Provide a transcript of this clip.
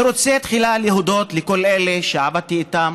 אני רוצה להודות תחילה לכל אלה שעבדתי איתם,